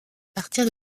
partir